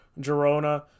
Girona